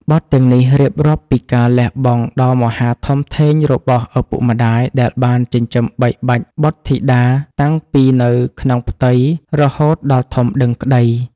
បទទាំងនេះរៀបរាប់ពីការលះបង់ដ៏មហាធំធេងរបស់ឪពុកម្តាយដែលបានចិញ្ចឹមបីបាច់បុត្រធីតាតាំងពីនៅក្នុងផ្ទៃរហូតដល់ធំដឹងក្តី